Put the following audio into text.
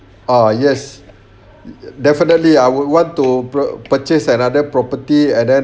ah yes definitely I would want to purchase another property and then